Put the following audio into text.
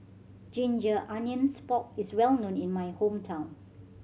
ginger onions pork is well known in my hometown